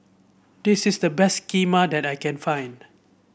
this is the best Kheema that I can find